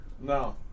No